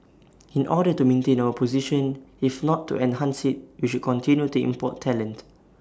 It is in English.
in order to maintain our position if not to enhance IT we should continue to import talent